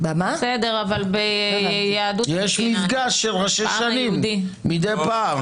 יש מפגש של ראשי שנים מדי פעם.